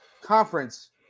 conference